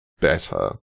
better